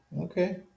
okay